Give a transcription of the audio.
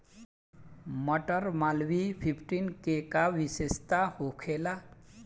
मटर मालवीय फिफ्टीन के का विशेषता होखेला?